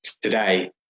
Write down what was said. today